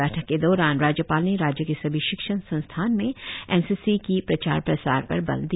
बैठक के दौरान राज्यपाल ने राज्य के सभी शिक्षण संस्थान में एन सी सी की प्रसार प्रचार पर बल दिया